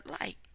light